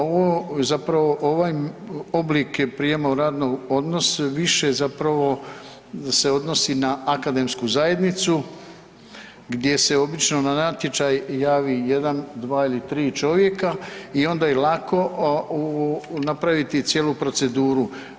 Ovo, zapravo ovaj oblik prijema u radni odnos više zapravo se odnosi na akademsku zajednicu gdje se obično na natječaj javi jedan, dva ili tri čovjeka i onda je lako napraviti cijelu proceduru.